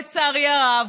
לצערי הרב,